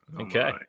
Okay